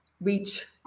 reach